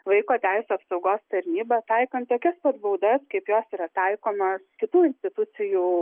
vaiko teisių apsaugos tarnyba taikant tokias pat baudas kaip jos yra taikomos kitų institucijų